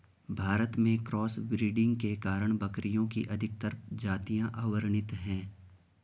भारत में cross breeding के कारण बकरियों की अधिकतर जातियां अवर्णित है